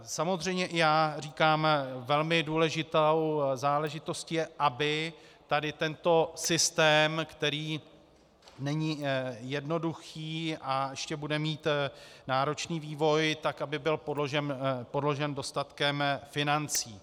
Samozřejmě já říkám, velmi důležitou záležitostí je, aby tady tento systém, který není jednoduchý a ještě bude mít náročný vývoj, tak aby byl podložen dostatkem financí.